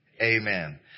Amen